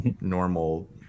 normal